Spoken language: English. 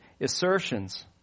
assertions